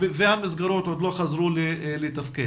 והמסגרות עוד לא חזרו לתפקד.